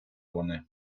вони